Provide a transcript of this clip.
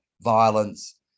violence